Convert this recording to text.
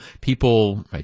people